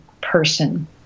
person